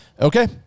Okay